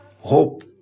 Hope